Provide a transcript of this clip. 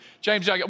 James